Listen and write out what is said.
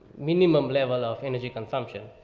minimum level of energy consumption.